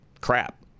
crap